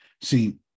see